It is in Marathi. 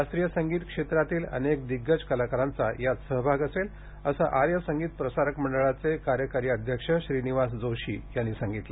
शास्त्रीय संगीत क्षेत्रातील अनेक दिग्गज कलाकारांचा यात सहभाग असेल असं आर्य संगीत प्रसारक मंडळाचे कार्यकारी अध्यक्ष श्रीनिवास जोशी यांनी सांगितलं